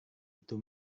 itu